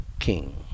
King